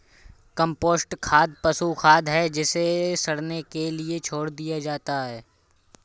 compost खाद पशु खाद है जिसे सड़ने के लिए छोड़ दिया जाता है